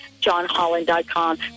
johnholland.com